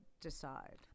decide